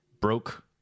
broke